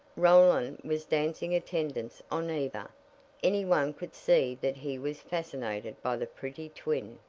roland was dancing attendance on eva any one could see that he was fascinated by the pretty twin.